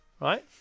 right